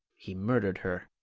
he murdered her.